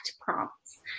prompts